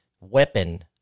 weapon